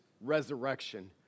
resurrection